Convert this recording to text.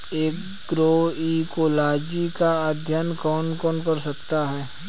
Agroecology का अध्ययन कौन कौन कर सकता है?